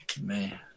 Man